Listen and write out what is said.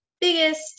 biggest